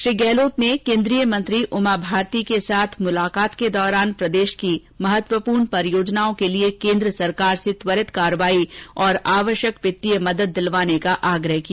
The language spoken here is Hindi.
उन्होंने केन्द्रीय मंत्री उमा भारती के साथ मुलाकात के दौरान प्रदेश की महत्वपूर्ण परियोजनाओं के लिए केन्द्र सरकार से त्वरित कार्यवाही और आवश्यक वित्तीय मदद दिलवाने का आग्रह किया